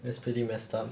that's pretty messed up